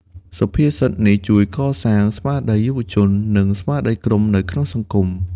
សុភាសិតនេះជួយកសាងស្មារតីយុទ្ធជន និងស្មារតីក្រុមនៅក្នុងសង្គម។